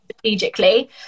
strategically